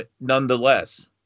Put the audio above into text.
nonetheless